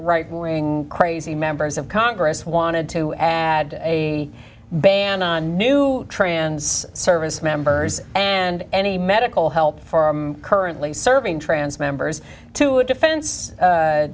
right wing crazy members of congress wanted to add a ban on new trans service members and any medical help currently serving trans members to a defense